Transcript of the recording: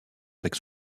avec